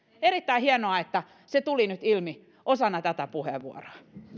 erittäin hienoa että se tuli nyt ilmi osana tätä puheenvuoroa